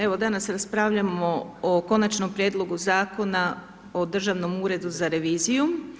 Evo, danas raspravljamo o Konačnom prijedlogu Zakona o Državnom uredu za reviziju.